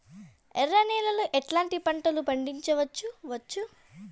ఎర్ర నేలలో ఎట్లాంటి పంట లు పండించవచ్చు వచ్చు?